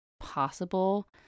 possible